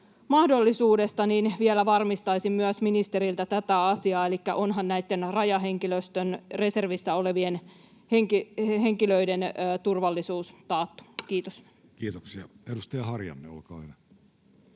aseenkantomahdollisuudesta, niin vielä varmistaisin myös ministeriltä tätä asiaa, elikkä onhan näitten rajahenkilöstön reservissä olevien henkilöiden turvallisuus taattu? — Kiitos.